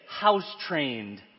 house-trained